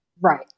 Right